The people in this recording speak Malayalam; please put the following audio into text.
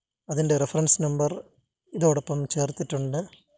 അതിന്റെ റെഫറൻസ് നമ്പർ ഇതോടൊപ്പം ചേർത്തിട്ടുണ്ട്